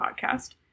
podcast